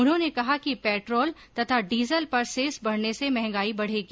उन्होंने कहा कि पेट्रोल तथा डीजल पर सेस बढने से महंगाई बर्ढेगी